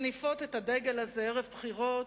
מניפות את הדגל הזה ערב בחירות,